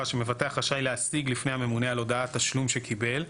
ש'מבטח רשאי להשיג לפני הממונה על הודעת תשלום שקיבל,